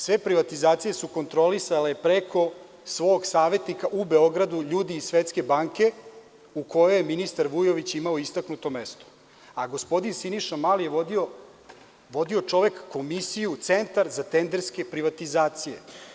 Sve privatizacije su kontrolisale, preko svog savetnika u Beogradu, ljudi iz Svetske banke u kojoj je ministar Vujović imao istaknuto mesto, a gospodin Siniša Mali je vodio komisiju Centra za tenderske privatizacije.